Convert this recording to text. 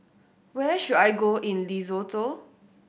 where should I go in Lesotho